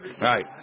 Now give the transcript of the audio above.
right